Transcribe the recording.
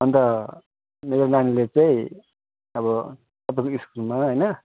अन्त मेरो नानीले चाहिँ अब तपाईँको स्कुलमा होइन